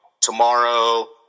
tomorrow